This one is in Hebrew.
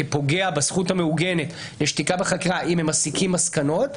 כפוגע בזכות המעוגנת של שתיקה בחקירה אם הם מסיקים מסקנות.